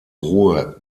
ruhe